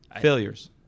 failures